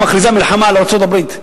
מכריזה מלחמה על ארצות-הברית,